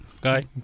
guy